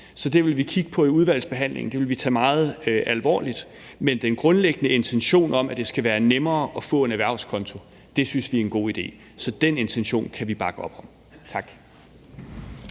om. Det vil vi kigge på i udvalgsbehandlingen, og det vil vi tage meget alvorligt, men den grundlæggende intention om, at det skal være nemmere at få en erhvervskonto, synes vi er en god idé, så den intention kan vi bakke op om. Tak.